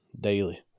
daily